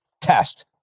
test